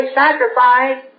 sacrifice